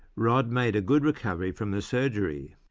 rod made a good recovery from the surgery,